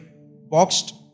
boxed